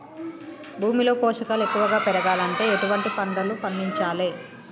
భూమిలో పోషకాలు ఎక్కువగా పెరగాలంటే ఎటువంటి పంటలు పండించాలే?